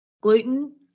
Gluten